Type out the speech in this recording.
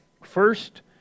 First